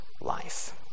life